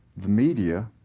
the media